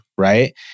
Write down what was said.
right